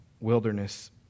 wilderness